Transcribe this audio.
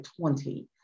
20